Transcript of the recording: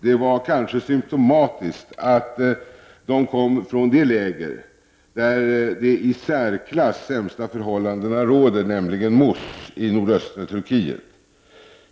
Det kanske var symptomatiskt att de kom från det läger där de i särklass sämsta förhållandena råder, nämligen Muz i nordöstra Turkiet.